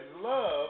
love